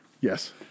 Yes